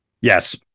Yes